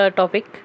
topic